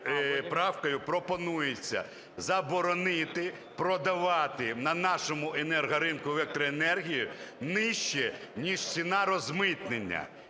правкою пропонується заборонити продавати на нашому енергоринку електроенергію нижче, ніж ціна розмитнення,